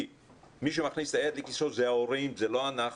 מי שמכניס את היד לכיסו, אלה הם ההורים ולא אנחנו.